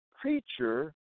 creature